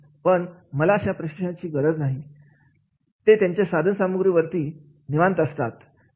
पण मला अशा प्रशिक्षणाची गरज नाही ते त्यांच्या साधनसामुग्री वरती निवांत असतात